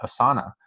Asana